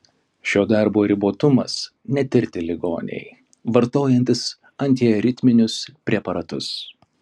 šio darbo ribotumas netirti ligoniai vartojantys antiaritminius preparatus